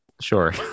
Sure